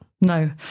no